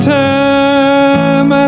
time